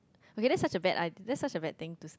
okay that's such a bad idea that's such a bad thing to